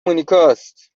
مونیکاست